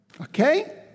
Okay